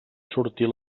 sortir